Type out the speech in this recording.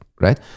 right